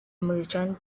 merchant